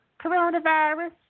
coronavirus